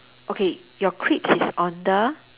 okay your crisps is on the